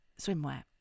swimwear